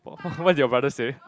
what what did your brother say